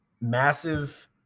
Massive